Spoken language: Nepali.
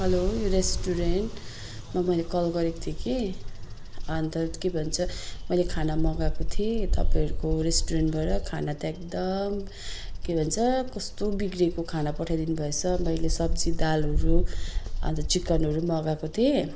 हलो रेस्टुरेन्ट मा मैले कल गरेको थिएँ कि अनि त के भन्छ मैले खाना मगाएको थिएँ तपाईँहरूको रेस्टुरेन्टबाट खाना त एकदम के भन्छ कस्तो बिग्रेको खाना पठाइदिनु भएछ मैले सब्जी दालहरू अनि त चिकनहरू मगाएको थिएँ